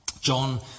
John